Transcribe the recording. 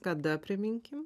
kada priminkim